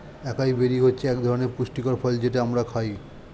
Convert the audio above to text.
একাই বেরি হচ্ছে একধরনের পুষ্টিকর ফল যেটা আমরা খাই